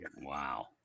Wow